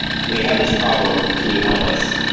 we have this problem. can you help us?